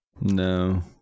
no